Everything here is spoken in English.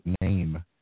name